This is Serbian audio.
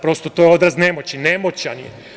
Prosto, to je odraz nemoći, nemoćan je.